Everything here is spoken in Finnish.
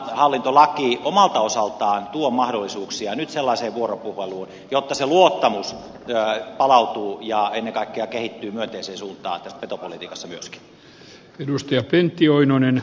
tämä riistahallintolaki omalta osaltaan tuo nyt mahdollisuuksia sellaiseen vuoropuheluun että se luottamus palautuu ja ennen kaikkea kehittyy myönteiseen suuntaan myöskin tässä petopolitiikassa